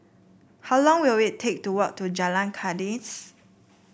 how long will it take to walk to Jalan Kandis